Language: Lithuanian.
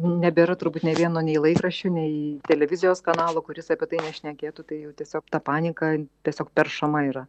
nebėra turbūt nei vieno nei laikraščio nei televizijos kanalo kuris apie tai nešnekėtų tai jau tiesiog ta panika tiesiog peršama yra